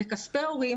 אלה כספי הורים,